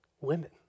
women